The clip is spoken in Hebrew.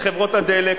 חברות הדלק,